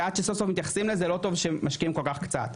ועד שסוף סוף מתייחסים לזה לא טוב שמשקיעים כל כך קצת.